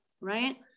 right